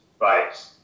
right